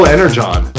Energon